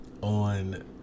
on